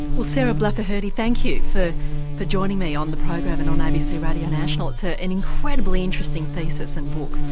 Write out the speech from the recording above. well sarah blaffer hrdy thank you for for joining me on the program and on abc radio national, it's an incredibly interesting thesis and book.